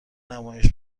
نمایش